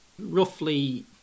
roughly